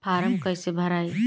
Form कईसे भराई?